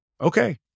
okay